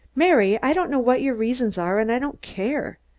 mary, i don't know what your reasons are, and i don't care.